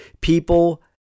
People